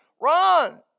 Run